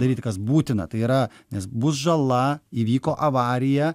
daryti kas būtina tai yra nes bus žala įvyko avarija